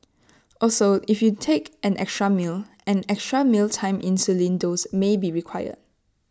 also if you take an extra meal an extra mealtime insulin dose may be required